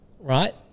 right